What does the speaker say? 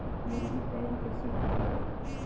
मुर्गी पालन कैसे होखेला?